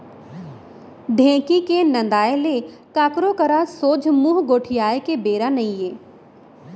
ढेंकी के नंदाय ले काकरो करा सोझ मुंह गोठियाय के बेरा नइये